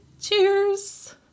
Cheers